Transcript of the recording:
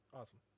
Awesome